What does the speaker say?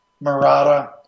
Murata